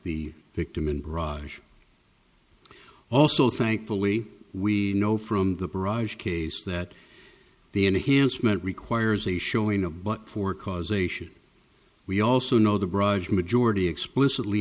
the victim in barrage also thankfully we know from the barrage case that the enhancement requires a showing of but for causation we also know the barrage majority explicitly